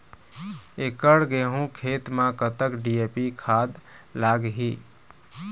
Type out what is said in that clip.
एकड़ गेहूं खेत म कतक डी.ए.पी खाद लाग ही?